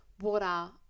water